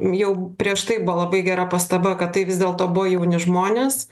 jau prieš tai buvo labai gera pastaba kad tai vis dėlto buvo jauni žmonės